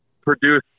produce